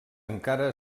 encara